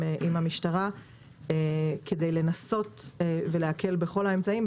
עם המשטרה כדי לנסות להקל בכל האמצעים,